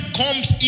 comes